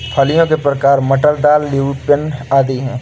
फलियों के प्रकार मटर, दाल, ल्यूपिन आदि हैं